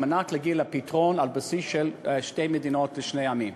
על מנת להגיע לפתרון על בסיס של שתי מדינות לשני עמים.